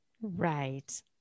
Right